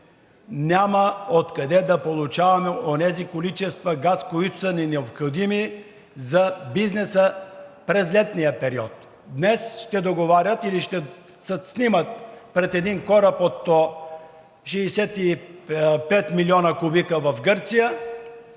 няма откъде да получаваме онези количества газ, които са ни необходими за бизнеса през летния период. Днес ще договарят или ще се снимат пред един кораб от 65 милиона кубика в Гърция